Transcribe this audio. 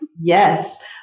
Yes